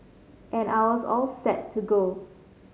and I was all set to go